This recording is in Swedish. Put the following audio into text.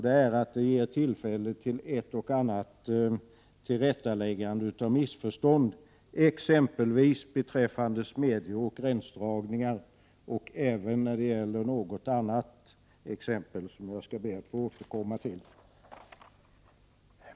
Det är att den ger tillfälle till ett och annat tillrättaläggande av missförstånd, exempelvis beträffande smedjor och gränsdragningar. Det gäller även något annat exempel, som jag skall be att få återkomma till.